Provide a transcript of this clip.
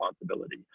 responsibility